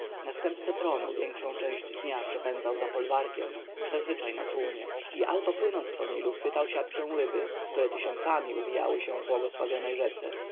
następca tronu większą część dnia przepędzał za folwarkiem zazwyczaj na czółnie i albo płynąc po nilu chwytał siatką ryby które tysiącami uwijały się w błogosławionej